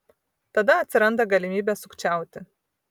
tada atsiranda galimybė sukčiauti